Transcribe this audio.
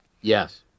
Yes